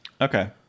Okay